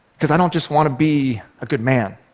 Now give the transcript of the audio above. because i don't just want to be a good man.